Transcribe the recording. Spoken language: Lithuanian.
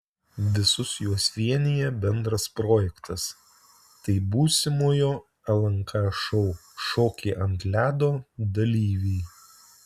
visus juos vienija bendras projektas tai būsimojo lnk šou šokiai ant ledo dalyviai